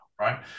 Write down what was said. Right